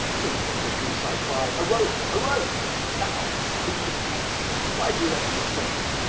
winchester goose, i cry, a rope, a rope. now beat them hence, why doe you let them stay?